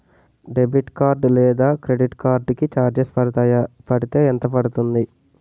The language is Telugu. డెబిట్ కార్డ్ లేదా క్రెడిట్ కార్డ్ కి చార్జెస్ పడతాయా? పడితే ఎంత పడుతుంది?